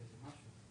ובשנת 2019?